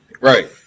Right